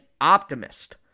optimist